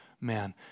man